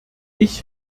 ich